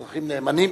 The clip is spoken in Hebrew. אזרחים נאמנים,